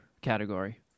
category